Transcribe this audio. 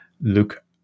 look